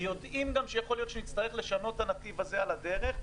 ויודעים שנצטרך לשנות את הנתיב על הדרך,